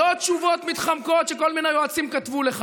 לא תשובות מתחמקות שכל מיני יועצים כתבו לך,